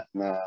na